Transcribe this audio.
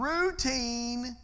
routine